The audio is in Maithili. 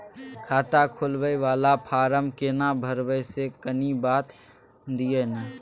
खाता खोलैबय वाला फारम केना भरबै से कनी बात दिय न?